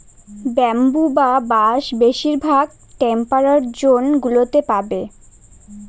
bamboo বা বাঁশ বেশিরভাগ টেম্পারড জোন গুলোতে পাবে